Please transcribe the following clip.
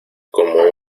como